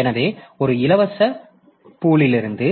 எனவே ஒரு இலவச குளத்திலிருந்து